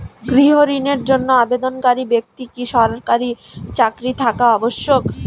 গৃহ ঋণের জন্য আবেদনকারী ব্যক্তি কি সরকারি চাকরি থাকা আবশ্যক?